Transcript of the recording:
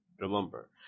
remember